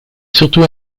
surtout